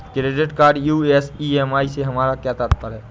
Credit card US EMI से हमारा क्या तात्पर्य है?